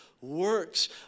works